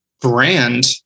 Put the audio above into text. brand